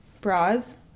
bras